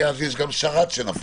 כי אז יש גם שרת שנפל.